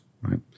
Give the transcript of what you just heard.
right